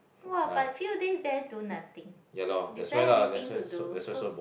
!wah! but few days there do nothing is there anything to do so